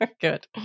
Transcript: Good